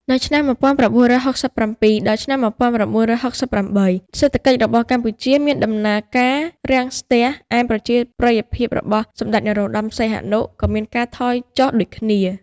នៅឆ្នាំ១៩៦៧ ដល់ ១៩៦៨ សេដ្ឋកិច្ចរបស់កម្ពុជាមានដំណើររាំងស្ទះ ឯប្រជាប្រិយភាពរបស់សម្តេច នរោត្តមសីហនុ ក៏មានការថយចុះដូចគ្នា។